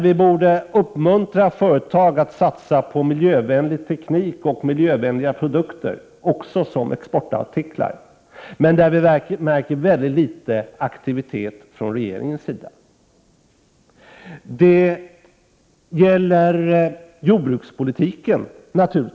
Vi borde uppmuntra företag att satsa på miljövänlig teknik och miljövänliga produkter också som exportartiklar, men vi märker väldigt litet av aktivitet från regeringen sida. Det gäller naturligtvis jordbrukspolitiken.